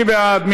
מי בעד?